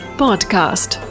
podcast